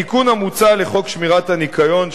התיקון המוצע לחוק שמירת הניקיון,